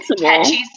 catchy